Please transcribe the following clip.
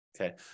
Okay